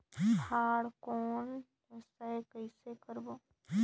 फाफण कौन व्यवसाय कइसे करबो?